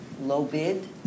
low-bid